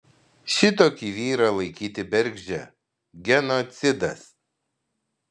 šitokį vyrą laikyti bergždžią genocidas